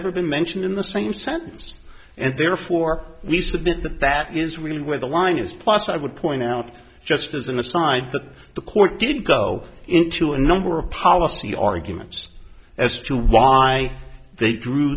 ever been mentioned in the same sentence and therefore we submit that that is really where the line is plus i would point out just as an aside that the court didn't go into a number of policy arguments as to why they drew